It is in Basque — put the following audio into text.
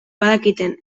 badakiten